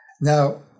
Now